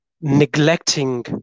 neglecting